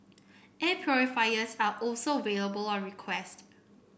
air purifiers are also on request